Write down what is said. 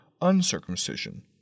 uncircumcision